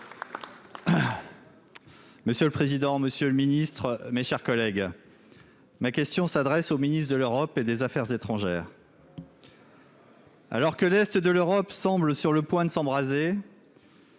Monsieur le président, monsieur le ministre, mes chers collègues, ma question s'adresse au ministre de l'Europe et des Affaires étrangères. Alors que l'Est de l'Europe semble sur le point de s'embraser.